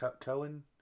Cohen